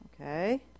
Okay